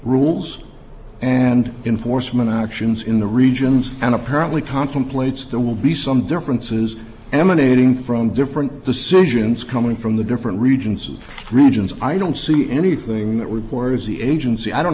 rules and enforcement actions in the regions and apparently contemplates there will be some differences emanating from different decisions coming from the different regions of regions i don't see anything that would borders the agency i don't